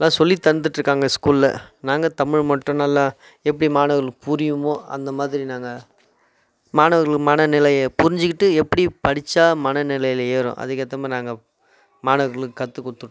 அதெலாம் சொல்லித் தந்துட்டிருக்குறாங்க ஸ்கூலில் நாங்கள் தமிழ் மட்டும் நல்லா எப்படி மாணவர்களுக்கு புரியுமோ அந்த மாதிரி நாங்கள் மாணவர்கள் மனநிலையைப் புரிஞ்சுக்கிட்டு எப்படி படித்தா மனநிலையில் ஏறும் அதுக்கேற்ற மாதிரி நாங்கள் மாணவர்களுக்கு கற்று கொடுத்துட்ருக்கோம்